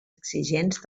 exigents